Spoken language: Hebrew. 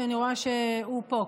שאני רואה שהוא פה,